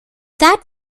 that